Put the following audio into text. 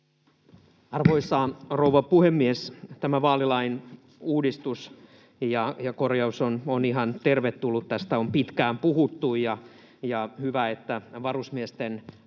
Arvoisa rouva puhemies! Tämä vaalilain uudistus ja korjaus on ihan tervetullut. Tästä on pitkään puhuttu, ja on hyvä, että varusmiesten